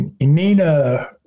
Nina